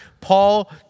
Paul